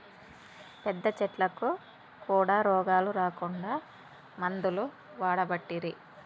పెద్ద చెట్లకు కూడా రోగాలు రాకుండా మందులు వాడబట్టిరి